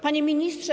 Panie Ministrze!